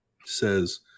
says